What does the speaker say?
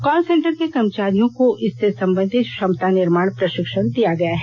call centre के कर्मचारियों को इससे संबंधित क्षमता निर्माण प्रशिक्षण दिया गया है